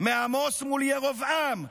מעמוס מול ירבעם,